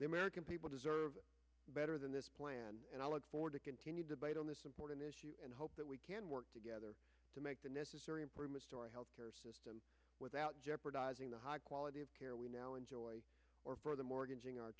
the american people deserve better than this plan and i look forward to continued debate on this important issue and hope that we can work together to make the necessary story health care system without jeopardizing the high quality of care we now enjoy or for the mortgaging our